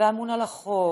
ואמון על החוק